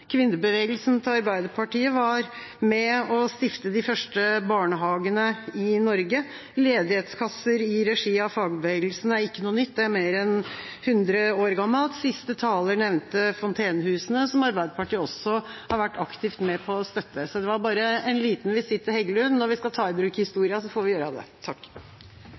Kvinnebevegelsen til Arbeiderpartiet var med på å stifte de første barnehagene i Norge. Ledighetskasser i regi av fagbevegelsen er ikke noe nytt, det er mer enn hundre år gammelt. Siste taler nevnte fontenehusene, som Arbeiderpartiet også har vært aktivt med på å støtte. Så det var bare en liten visitt til Heggelund: Når vi skal ta i bruk historien, så får vi gjøre det.